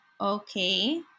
okay